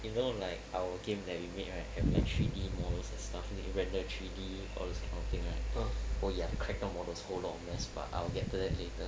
you know like our game that we made right have the three D models and stuff and you render three D all those kind of thing right oh ya character models whole lot of mess but I'll get to that later